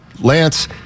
Lance